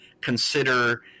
consider